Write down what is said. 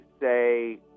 say